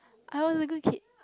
I want a good kid